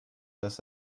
dass